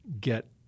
get